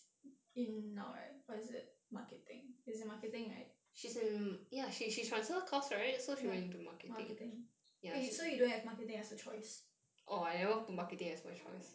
in now right what is it marketing is it marketing right ya marketing eh so you don't have marketing as a choice